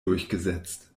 durchgesetzt